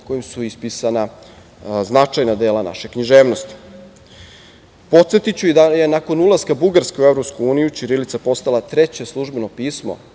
kojim su ispisana značajna dela naše književnosti. Podsetiću i da je nakon ulaska Bugarske u Evropsku uniju ćirilica postala treće službeno pismo